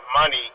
money